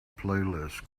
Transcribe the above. playlist